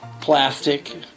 plastic